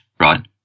right